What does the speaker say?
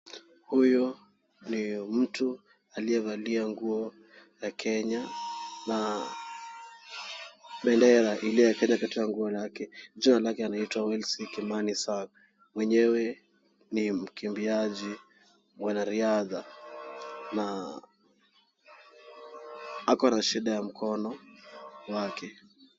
Huyo ni mtu aliyevalia nguo za Kenya na bendera ile ya Kenya katika nguo yake. Jina lake anaitwa Willis Kimani Sang'.Mwenyewe ni mkimbiaji. Mwanariadha, naa ako na shida ya mkono wake.